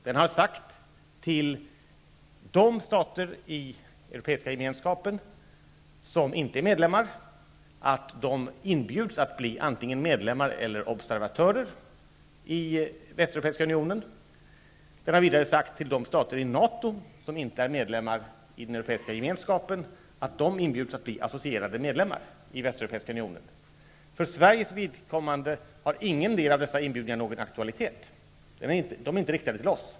Den har sagt till de stater i Europeiska gemenskapen som inte är medlemmar, att de inbjuds att bli antingen medlemmar eller observatörer i Västeuropeiska unionen. Den har vidare sagt till de stater i NATO som inte är medlemmar i Europeiska gemenskapen att de inbjuds att bli associerade medlemmar i Västeuropeiska unionen. För Sveriges del har ingendera av dessa inbjudningar någon aktualitet. De är inte riktade till oss.